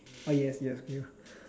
oh yes yes you